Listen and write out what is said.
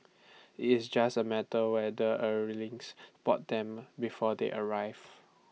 IT is just A matter whether Earthlings spot them before they arrive